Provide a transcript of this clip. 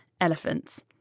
Elephants